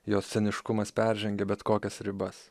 jos ciniškumas peržengia bet kokias ribas